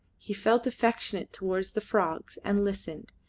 he felt affectionate towards the frogs and listened,